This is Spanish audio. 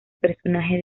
personaje